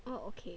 oh okay